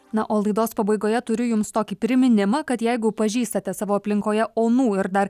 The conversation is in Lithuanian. na o laidos pabaigoje turiu jums tokį priminimą kad jeigu pažįstate savo aplinkoje onų ir dar